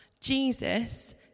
Jesus